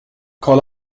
call